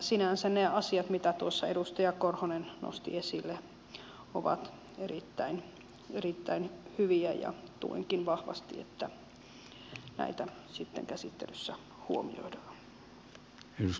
sinänsä ne asiat mitä tuossa edustaja korhonen nosti esille ovat erittäin hyviä ja tuenkin vahvasti että näitä sitten käsittelyssä huomioidaan